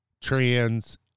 trans